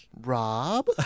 Rob